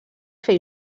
fer